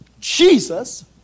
Jesus